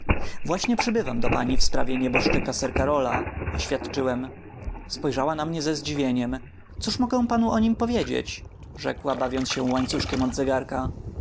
właśnie przybywam do pani w sprawie nieboszczyka sir karola oświadczyłem spojrzała na mnie ze zdziwieniem cóż mogę panu o nim powiedzieć rzekła bawiąc się łańcuszkiem od zegarka